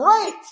great